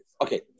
Okay